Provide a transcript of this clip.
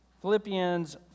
Philippians